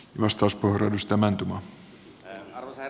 arvoisa herra puhemies